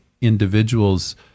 individuals